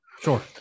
Sure